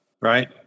Right